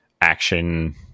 action